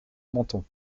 menthon